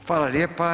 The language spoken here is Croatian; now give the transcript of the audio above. Hvala lijepa.